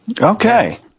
Okay